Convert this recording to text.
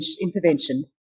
intervention